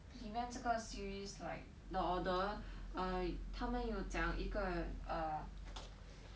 里面这个 series like the order uh 他们有讲一个 err